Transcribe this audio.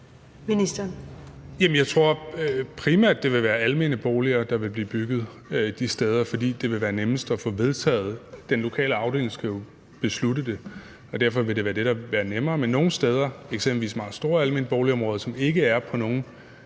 det primært vil være almene boliger, der vil blive bygget de steder, fordi det vil være nemmest at få vedtaget. Den lokale afdeling skal jo beslutte det, og derfor vil det være det, der vil være nemmere. Men nogle steder, eksempelvis i meget store almene boligområder, som ikke er på nogen